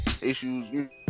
issues